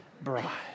bride